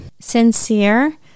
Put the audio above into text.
sincere